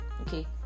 okay